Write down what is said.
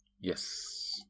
Yes